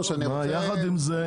יחד עם זאת,